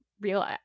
real